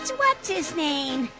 what's-his-name